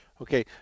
Okay